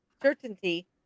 certainty